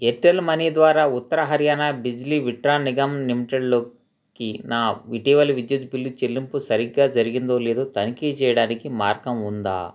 Airtel money ద్వారా ఉత్తర హర్యానా బిజ్లీ విట్రాన్ నిగమ్ లిమిటెడ్లోకి నా ఇటీవలి విద్యుత్ బిల్లు చెల్లింపు సరిగ్గా జరిగిందో లేదో తనిఖీ చేయడానికి మార్గం ఉందా